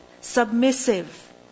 submissive